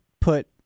put